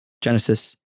Genesis